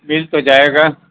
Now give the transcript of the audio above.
مل تو جائے گا